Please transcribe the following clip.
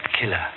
killer